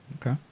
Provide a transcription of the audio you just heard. okay